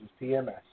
PMS